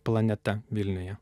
planeta vilniuje